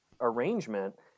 arrangement